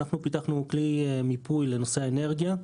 אנחנו פתחנו כלי מיפוי לנושא האנרגיה,